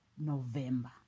November